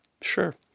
sure